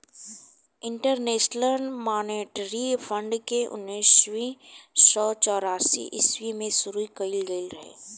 international monetary fund के उन्नीस सौ चौरानवे ईस्वी में शुरू कईल गईल रहे